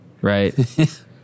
right